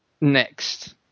next